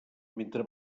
mentre